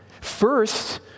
First